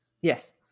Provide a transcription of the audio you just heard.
Yes